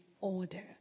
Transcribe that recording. order